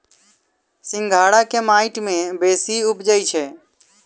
सिंघाड़ा केँ माटि मे बेसी उबजई छै?